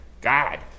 god